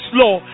law